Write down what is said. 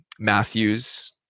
Matthews